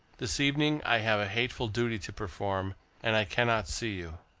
this evening i have a hateful duty to perform and i cannot see you.